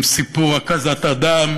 עם סיפור הקזת הדם